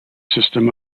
system